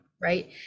right